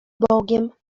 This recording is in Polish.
bogiem